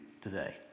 today